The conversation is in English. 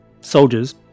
soldiers